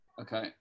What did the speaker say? Okay